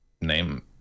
name